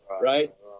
right